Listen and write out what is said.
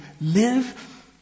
live